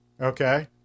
Okay